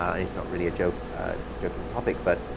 um and it's not really a joking joking topic, but,